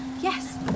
Yes